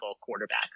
quarterback